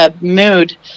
Mood